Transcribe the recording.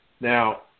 Now